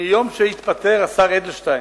מיום שהתפטר השר אדלשטיין,